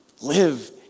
Live